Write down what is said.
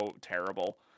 terrible